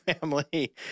family